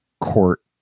court